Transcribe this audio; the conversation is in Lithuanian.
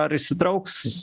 ar įsitrauks